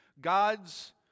God's